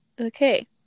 Okay